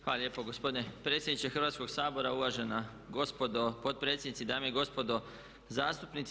Hvala lijepo gospodine predsjedniče Hrvatskog sabora, uvažena gospodo potpredsjednici, dame i gospodo zastupnici.